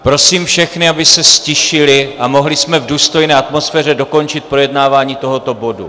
Prosím všechny, aby se ztišili a mohli jsme v důstojné atmosféře dokončit projednávání tohoto bodu.